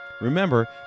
Remember